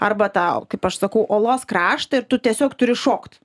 arba tą kaip aš sakau uolos kraštą ir tu tiesiog turi šokt